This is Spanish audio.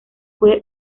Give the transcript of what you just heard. fue